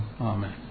Amen